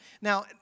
Now